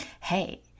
Hey